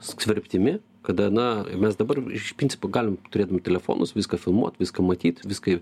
skverbtimi kada na mes dabar iš principo galim turėt telefonus viską filmuot viską matyt viską